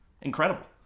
Incredible